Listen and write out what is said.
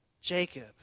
Jacob